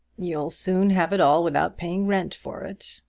you'll soon have it all without paying rent for it.